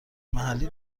محلی